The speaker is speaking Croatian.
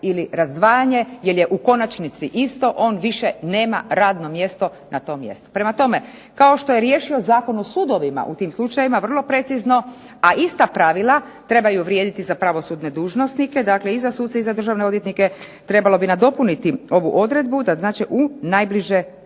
ili razdvajanje jer je u konačnici isto. On više nema radno mjesto na tom mjestu. Prema tome, kao što je riješio Zakon o sudovima u tim slučajevima vrlo precizno, a ista pravila trebaju vrijediti za pravosudne dužnosnike. Dakle i za suce i za državne odvjetnike trebalo bi nadopuniti ovu odredbu, da znači u najbliže Državno